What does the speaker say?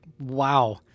Wow